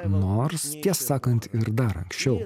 nors tie sakant ir dar anksčiau